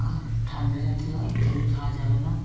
আর ঠান্ডা জাতীয় একদমই খাওয়া যাবে না